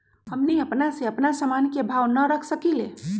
हमनी अपना से अपना सामन के भाव न रख सकींले?